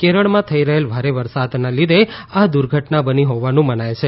કેરળમાં થઇ રહેલ ભારે વરસાદના લીધે આ દુર્ધટના બની હોવાનું મનાય છે